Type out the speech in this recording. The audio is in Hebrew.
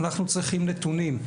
אנחנו צריכים נתונים.